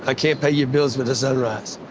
ah can't pay your bills with the sunrise.